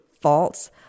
false